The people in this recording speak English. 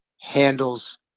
handles